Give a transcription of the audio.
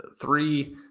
three